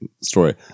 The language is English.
story